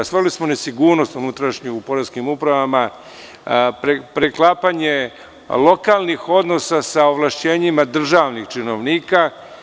Stvorili smo nesigurnost unutrašnju u poreskim upravama, preklapanje lokalnih odnosa sa ovlašćenjima državnih činovnika.